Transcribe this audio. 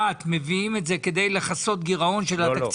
בהתאם להוראת סעיף 20(א)(ג)